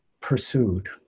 pursued